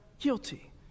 guilty